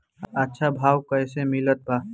अच्छा भाव कैसे मिलत बा?